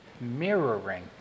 Mirroring